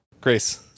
Grace